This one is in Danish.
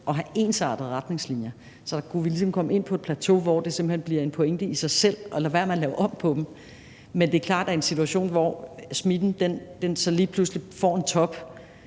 at have ensartede retningslinjer. Så der kunne vi ligesom komme ind på et plateau, hvor det simpelt hen bliver en pointe i sig selv at lade være med at lave om på dem. Men det er klart, at i en situation, hvor smitten lige pludselig får en top,